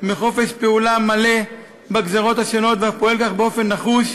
מחופש פעולה מלא בגזרות השונות, ופועל באופן נחוש,